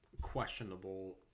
questionable